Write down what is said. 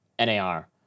NAR